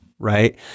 right